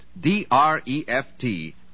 D-R-E-F-T